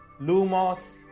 Lumos